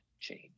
change